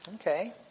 Okay